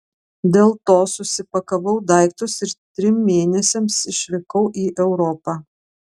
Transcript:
dėl to susipakavau daiktus ir trim mėnesiams išvykau į europą